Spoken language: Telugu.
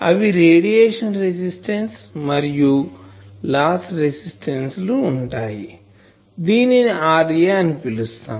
అవి రేడియేషన్ రెసిస్టెన్సు మరియు లాస్ రెసిస్టెన్సు ఉంటాయి దీనిని RA అని పిలుస్తాం